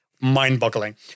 mind-boggling